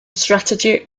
strategy